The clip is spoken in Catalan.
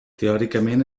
teòricament